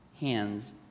hands